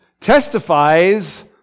testifies